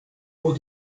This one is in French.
haut